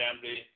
family